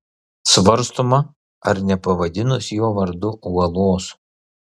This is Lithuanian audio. svarstoma ar nepavadinus jo vardu uolos